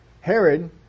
Herod